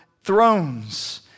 thrones